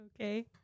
Okay